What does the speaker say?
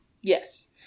Yes